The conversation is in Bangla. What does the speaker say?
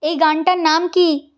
এই গানটার নাম কী